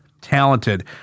talented